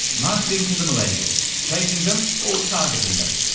marketing to the millennials, chasing them or targeting them,